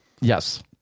Yes